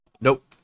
Nope